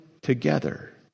together